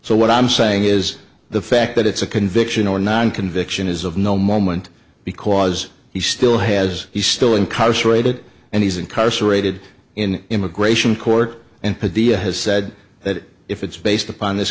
so what i'm saying is the fact that it's a conviction or non conviction is of no moment because he still has he's still incarcerated and he's incarcerated in immigration court and patea has said that if it's based upon this